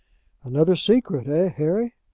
another secret ah, harry?